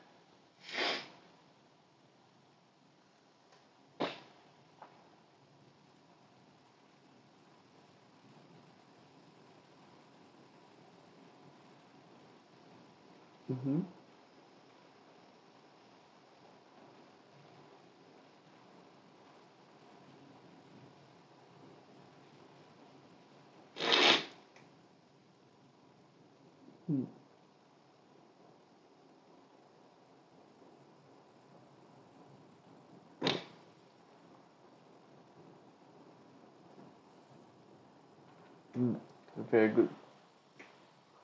mmhmm mm mm very good